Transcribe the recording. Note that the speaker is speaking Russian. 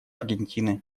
аргентины